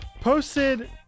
posted